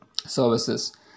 services